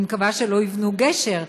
אני מקווה שלא יבנו גשר,